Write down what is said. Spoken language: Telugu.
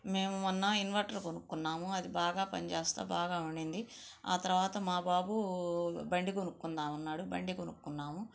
మేము మొన్న ఇన్వర్టర్ కొనుకున్నాము అది బాగా పనిచేస్తుంది బాగా ఉంది ఆ తరువాత మా బాబు బండి కొనుకుందాము అన్నాడు బండి కొనుకున్నాము